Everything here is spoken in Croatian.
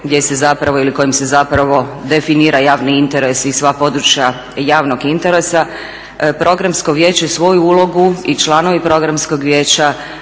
gdje se zapravo ili kojom se zapravo definira javni interes i sva područja javnog interesa, programsko vijeće svoju ulogu i članovi programskog vijeća